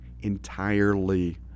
entirely